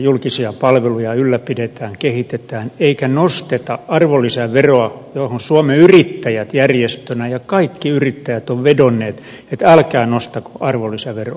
julkisia palveluja ylläpidetään kehitetään eikä nosteta arvonlisäveroa mihin suomen yrittäjät järjestönä ja kaikki yrittäjät ovat vedonneet että älkää nostako arvonlisäveroa